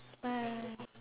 bye